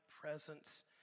presence